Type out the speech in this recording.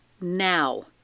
NOW